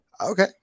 Okay